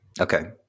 Okay